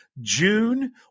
June